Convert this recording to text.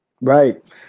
Right